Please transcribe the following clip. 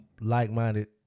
like-minded